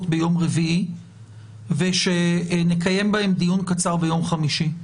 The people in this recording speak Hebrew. ביום רביעי ושנקיים בהן דיון קצר ביום חמישי.